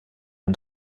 und